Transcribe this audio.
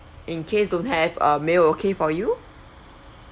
in case don't have uh male okay for you